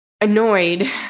annoyed